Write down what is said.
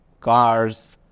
cars